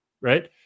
right